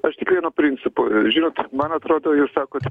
aš tik vieno principo žinot man atrodo jūs sakot